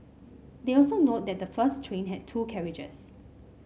they also note that the first train had two carriages